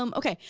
um okay,